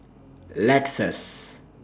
Lexus